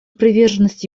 приверженность